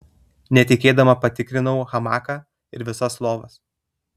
netikėdama patikrinau hamaką ir visas lovas